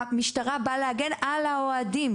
המשטרה באה להגן על האוהדים,